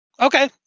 Okay